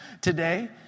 today